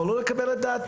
אבל לא לקבל את דעתם.